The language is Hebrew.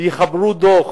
ויחברו דוח